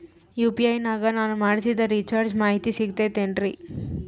UPI ನಾಗ ನಾನು ಮಾಡಿಸಿದ ರಿಚಾರ್ಜ್ ಮಾಹಿತಿ ಸಿಗುತೈತೇನ್ರಿ?